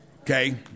Okay